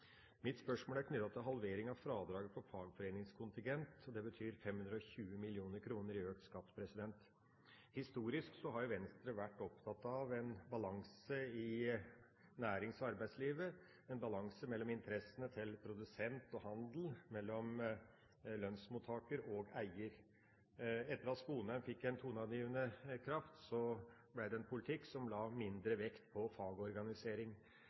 Mitt spørsmål er knyttet til halvering av fradraget for fagforeningskontingent. Det betyr 520 mill. kr i økt skatt. Historisk har Venstre vært opptatt av en balanse i nærings- og arbeidslivet, en balanse mellom interessene til produsent og handelsstand, mellom lønnsmottaker og eier. Etter at Sponheim ble en toneangivende kraft, ble det en politikk som la mindre vekt på fagorganisering.